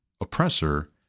oppressor